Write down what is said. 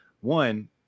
one